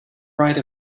write